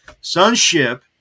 Sonship